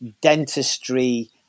dentistry